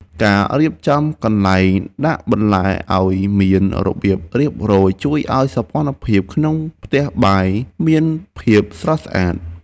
ការរៀបចំកន្លែងដាក់បន្លែឱ្យមានរបៀបរៀបរយជួយឱ្យសោភ័ណភាពក្នុងផ្ទះបាយមានភាពស្រស់ស្អាត។